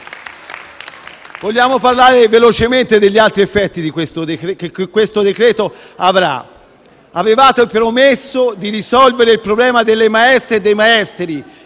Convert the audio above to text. Vogliamo parlare velocemente degli altri effetti che questo decreto-legge produrrà. Avevate promesso di risolvere il problema delle maestre e dei maestri: